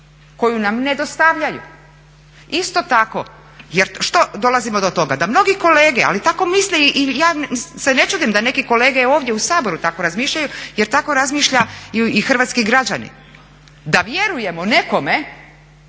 koju nam ne dostavljaju. Isto tako, jer što dolazimo do toga, da mnogi kolege, ali tako misle i ja se ne čudim da neki kolege ovdje u Saboru tako razmišljaju jer tako razmišljaju i hrvatski građani da vjerujemo nekome